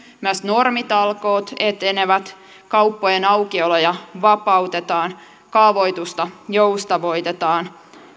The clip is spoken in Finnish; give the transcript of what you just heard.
myös normitalkoot etenevät kauppojen aukioloja vapautetaan kaavoitusta joustavoitetaan